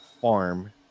farm